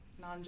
non